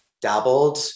dabbled